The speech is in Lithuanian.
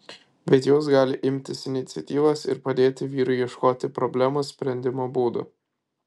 bet jos gali imtis iniciatyvos ir padėti vyrui ieškoti problemos sprendimo būdų